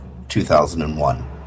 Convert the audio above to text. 2001